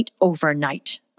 overnight